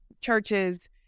churches